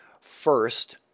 first